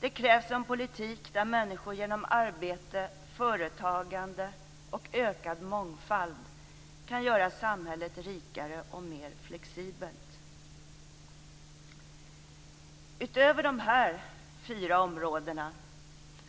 Det krävs en politik där människor genom arbete, företagande och ökad mångfald kan göra samhället rikare och mer flexibelt. Utöver dessa fyra områden,